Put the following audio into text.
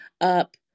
up